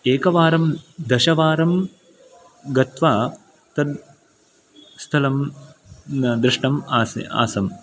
एकवारं दशवारं गत्वा तद् स्थलं दृष्टम् आस् आसम्